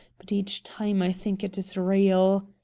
but each time i think it is real.